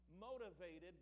motivated